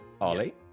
Ollie